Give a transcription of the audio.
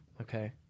Okay